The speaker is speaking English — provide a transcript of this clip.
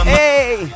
Hey